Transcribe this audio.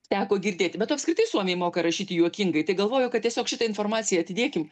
teko girdėti be to apskritai suomiai moka rašyti juokingai tai galvoju kad tiesiog šitą informaciją atidėkim